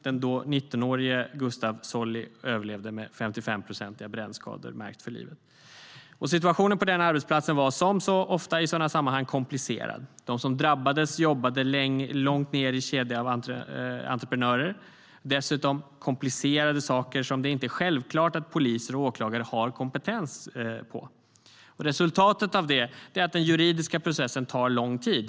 Den då 19-årige Gustaf Seppelin Solli överlevde med 55-procentiga brännskador och blev märkt för livet. Situationen på arbetsplatsen var, som ofta i sådana sammanhang, komplicerad. De som drabbades jobbade långt ned i en kedja av entreprenörer. Dessutom handlar det om komplicerade saker som det inte är självklart att poliser och åklagare har kompetens för. Resultatet blir att den juridiska processen tar lång tid.